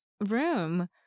room